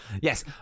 yes